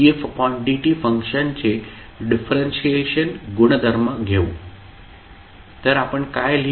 आपण Ldfdt फंक्शनचे differentiation गुणधर्म घेऊ तर आपण काय लिहितो